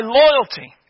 loyalty